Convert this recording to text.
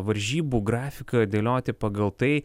varžybų grafiką dėlioti pagal tai